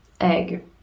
egg